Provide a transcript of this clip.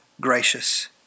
gracious